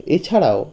এছাড়াও